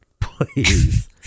please